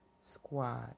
squad